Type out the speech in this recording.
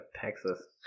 Texas